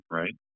right